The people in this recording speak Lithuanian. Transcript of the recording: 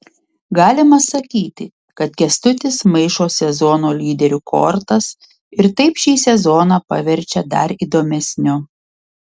galima sakyti kad kęstutis maišo sezono lyderių kortas ir taip šį sezoną paverčia dar įdomesniu